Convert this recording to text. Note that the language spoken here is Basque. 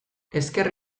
ezker